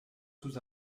sous